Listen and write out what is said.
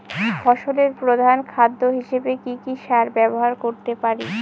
ফসলের প্রধান খাদ্য হিসেবে কি কি সার ব্যবহার করতে পারি?